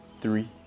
three